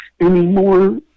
anymore